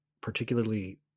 particularly